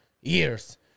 years